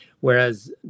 Whereas